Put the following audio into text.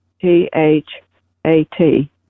T-H-A-T